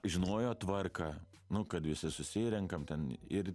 žinojo tvarką nu kad visi susirenkam ten ir